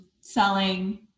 selling